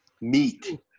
meat